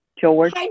George